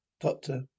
Doctor